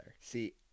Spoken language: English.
see